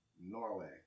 Norway